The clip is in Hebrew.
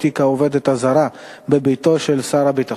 תיק העובדת הזרה שהועסקה בביתו של שר הביטחון.